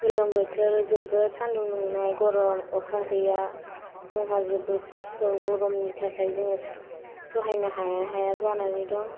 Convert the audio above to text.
गोलोम बोथोराव जोबोद सानदुं दुंनाय गरम अखा गैया जोंहा जोबोर कस्त गरमनि थाखाय जोंङो सहायनो हाया हाया जानानै दं